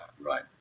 right